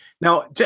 Now